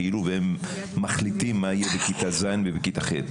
כאילו הם מחליטים מה יהיה בכיתות ז' ו-ח',